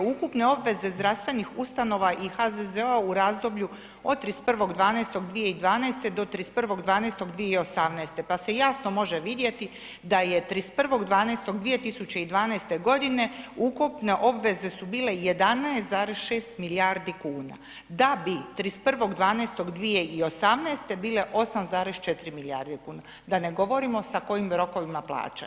Ukupne obveze zdravstvenih ustanova i HZZO-a u razdoblju od 31.12.2012. do 31.12.2018. pa se jasno može vidjeti da je 31.12.2012. godine ukupne obveze su bile 11,6 milijardi kuna da bi 31.12.2018. bile 8,4 milijarde kuna, da ne govorimo s kojim rokovima plaćanja.